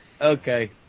Okay